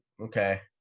okay